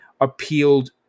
appealed